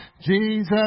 Jesus